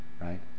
right